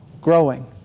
growing